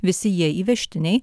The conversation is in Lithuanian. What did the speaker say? visi jie įvežtiniai